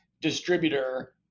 distributor